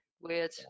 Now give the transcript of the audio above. weird